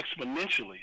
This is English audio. exponentially